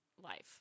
Life